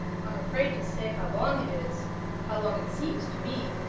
i'm afraid to say how long it is how long it seems to me,